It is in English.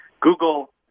Google